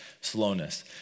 slowness